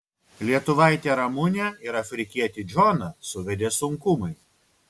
lietuvaitę ramunę ir afrikietį džoną suvedė sunkumai